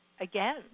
again